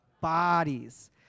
bodies